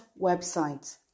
websites